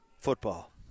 football